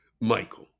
Michael